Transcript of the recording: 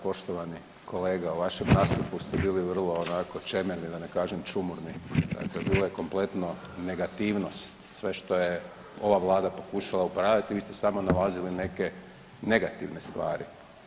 Poštovani kolega, u vašem nastupu ste bili vrlo onako čemerni da ne kažem čumurni, dakle bila je kompletno negativnost sve što je ova vlada pokušala upravit vi ste samo nalazili neke negativne stvari.